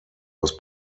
was